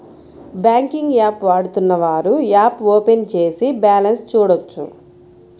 banking app వాడుతున్నవారు app open చేసి balance చూడొచ్చు